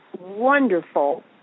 wonderful